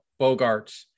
bogarts